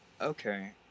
Okay